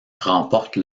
remporte